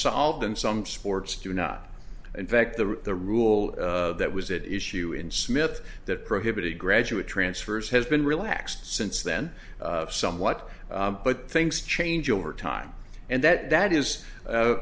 solved and some sports do not in fact the the rule that was that issue in smith that prohibited graduate transfers has been relaxed since then somewhat but things change over time and that that is